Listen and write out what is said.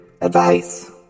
Advice